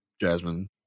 Jasmine